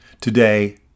Today